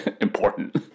important